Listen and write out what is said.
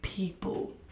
People